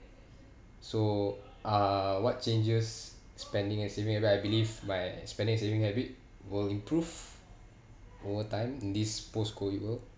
so uh what changes spending and saving habit I believe my spending and saving habit will improve over time in this post-COVID world